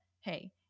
hey